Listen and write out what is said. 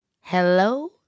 Hello